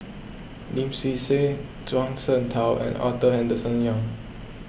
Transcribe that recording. Lim Swee Say Zhuang Sheng Tao and Arthur Henderson Young